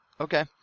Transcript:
Okay